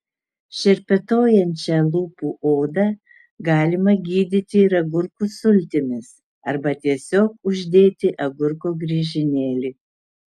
šerpetojančią lūpų odą galima gydyti ir agurkų sultimis arba tiesiog uždėti agurko griežinėlį